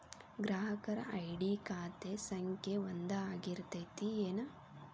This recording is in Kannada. ಗ್ರಾಹಕರ ಐ.ಡಿ ಖಾತೆ ಸಂಖ್ಯೆ ಒಂದ ಆಗಿರ್ತತಿ ಏನ